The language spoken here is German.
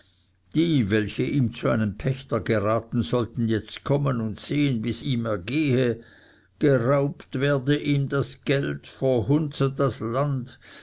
die welche ihm zu einem pächter geraten sollten jetzt kommen und sehen wie es ihm ergehe geraubet werde ihm das geld verhunzet das land